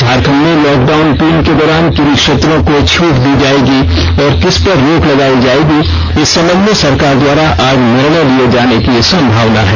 झारखंड में लॉकडाउन तीन के दौरान किन क्षेत्रों को छट दी जायेगी और किस पर रोक लगायी जायेगी इस संबंध में सरकार द्वारा आज निर्णय लिये जाने की संभावना है